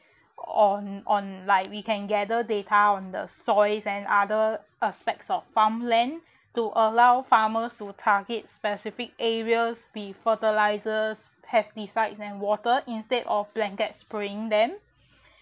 on on like we can gather data on the soils and other aspects of farm land to allow farmers to target specific areas be fertilizers pesticides and water instead of blanket spraying them